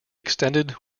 extended